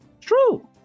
True